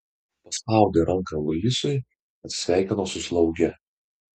paspaudė ranką luisui atsisveikino su slauge